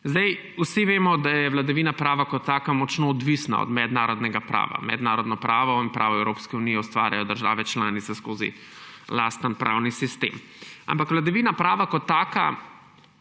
vladi. Vsi vemo, da je vladavina prava kot taka močno odvisna od mednarodnega prava. Mednarodno pravo in pravo Evropske unije ustvarjajo države članice skozi lasten pravni sistem. Ampak vladavina prava kot taka